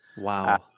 wow